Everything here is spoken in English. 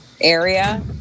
area